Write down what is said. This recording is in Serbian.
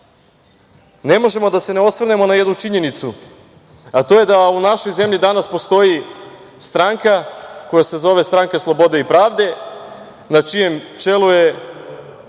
ne možemo da se ne osvrnemo na jednu činjenicu, a to je da u našoj zemlji danas postoji stranka koja se zove Stranka slobode i pravde na čijem čelu je